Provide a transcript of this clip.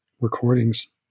recordings